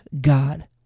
God